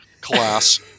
class